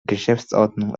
geschäftsordnung